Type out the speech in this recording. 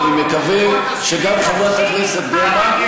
ואני מקווה שגם חברת הכנסת גרמן,